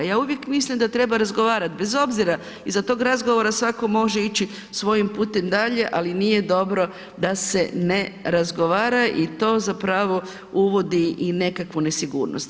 Ja uvijek mislim da treba razgovarati, bez obzira iza tog razgovora svatko može ići svojim putem dalje ali nije dobro da se ne razgovara i to zapravo uvodi i nekakvu nesigurnost.